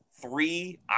three